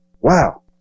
Wow